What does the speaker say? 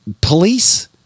police